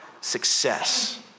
success